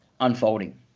unfolding